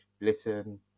listen